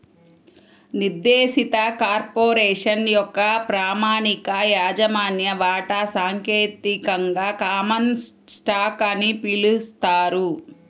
నిర్దేశిత కార్పొరేషన్ యొక్క ప్రామాణిక యాజమాన్య వాటా సాంకేతికంగా కామన్ స్టాక్ అని పిలుస్తారు